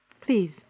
please